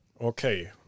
okay